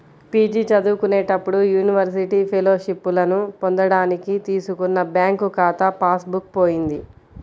PG చదువుకునేటప్పుడు university ఫెలోషిప్పులను పొందడానికి తీసుకున్న బ్యాంకు ఖాతా పాస్ బుక్ పోయింది